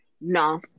No